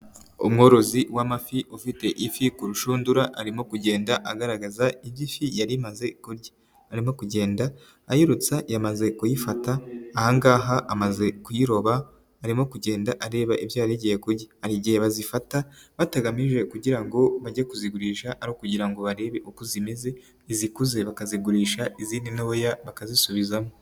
Umworozi w'amafi ufite ifi ku rushundura arimo kugenda agaragaza igifi yari imaze kurya, arimo kugenda ayirutsa yamaze kuyifata aha ngaha amaze kuyiroba arimo kugenda areba ibyo yarigiye kurya, hari igihe bazifata batagamije kugira ngo bajye kuzigurisha, ari ukugira ngo barebe uko zimeze, izikuze bakazigurisha izindi ntoya bakazisubizamo.